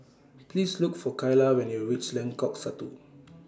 Please Look For Kyla when YOU REACH Lengkok Satu